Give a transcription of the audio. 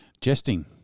Jesting